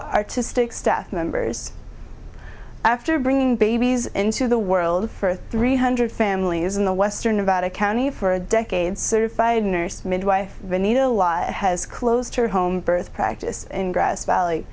artistic staff members after bringing babies into the world for three hundred families in the western nevada county for a decade certified nurse midwife needle law has closed her home birth practice in grass valley